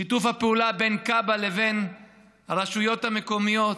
ושיתוף הפעולה בין כב"א לבין הרשויות המקומיות.